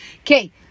Okay